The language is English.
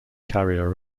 carrier